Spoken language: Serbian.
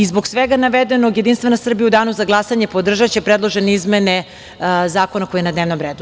Zbog svega navedenog, Jedinstvena Srbija u danu za glasanje podržaće predložene izmene zakona koji je na dnevnom redu.